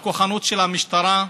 והכוחנות של המשטרה,